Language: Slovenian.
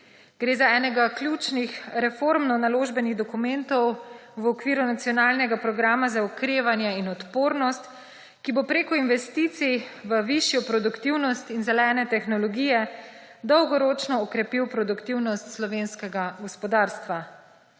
Gre za enega ključnih reformno naložbenih dokumentov v okviru nacionalnega programa za okrevanje in odpornost, ki bo preko investicij v višjo produktivnost in zelene tehnologije dolgoročno okrepil produktivnost slovenskega gospodarstva.